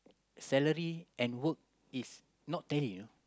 salary and work is not tally ah